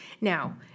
Now